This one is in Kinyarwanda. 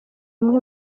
bimwe